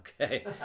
Okay